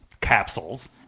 capsules